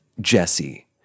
Jesse